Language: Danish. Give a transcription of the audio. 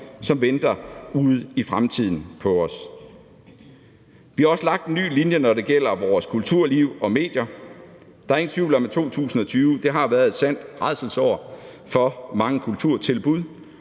som venter ude i fremtiden for os. Vi har også lagt en ny linje, når det gælder vores kulturliv og medier. Der er ingen tvivl om, at 2020 har været et sandt rædselsår for mange kulturtilbud.